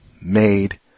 made